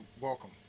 welcome